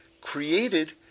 created